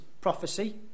prophecy